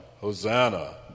Hosanna